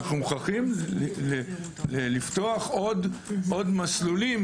אנו מוכרחים לפתוח עוד מסלולים.